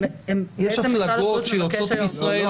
יש הפלגות שיוצאות מישראל,